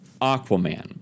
Aquaman